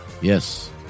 Yes